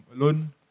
alone